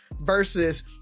versus